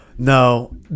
No